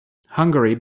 hungary